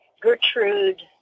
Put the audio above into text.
Gertrude